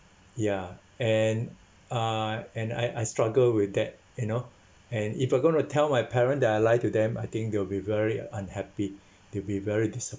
ya and I and I I struggle with that you know and if we're going to tell my parent that I lie to them I think they will be very unhappy they'll be very disa~